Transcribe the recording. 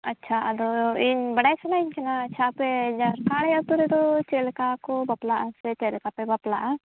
ᱟᱪᱪᱷᱟ ᱟᱫᱚ ᱤᱧ ᱵᱟᱲᱟᱭ ᱥᱟᱱᱟᱹᱧ ᱠᱟᱱᱟ ᱟᱪᱪᱷᱟ ᱟᱯᱮ ᱡᱷᱟᱲᱠᱷᱚᱸᱰᱤ ᱟᱹᱛᱩ ᱨᱮᱫᱚ ᱪᱮᱫ ᱞᱮᱠᱟ ᱠᱚ ᱵᱟᱯᱞᱟᱜᱼᱟ ᱥᱮ ᱪᱮᱫ ᱯᱮ ᱵᱟᱯᱟᱞᱟᱜᱼᱟ